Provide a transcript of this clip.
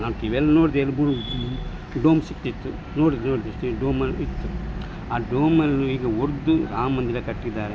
ಅದು ನಾನು ಟಿವಿಯಲ್ಲಿ ನೋಡಿದೆ ಅಲ್ಲಿ ಡೂಮ್ ಸಿಕ್ಕಿತ್ತು ನೋಡಿ ನೋಡಿದೆ ಡೂಮ ಇತ್ತು ಆ ಡೂಮನ್ನು ಈಗ ಒಡೆದು ರಾಮ ಮಂದಿರ ಕಟ್ಟಿದ್ದಾರೆ